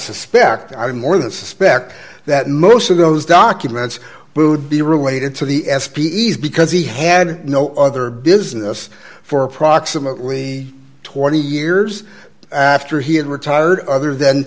suspect i do more than suspect that most of those documents who would be related to the s p ease because he had no other business for approximately twenty years after he had retired other than